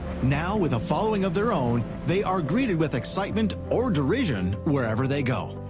now, with a following of their own, they are greeted with excitement or derision wherever they go.